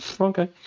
Okay